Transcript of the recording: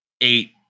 eight